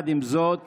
לצד זאת